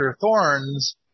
thorns